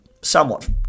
somewhat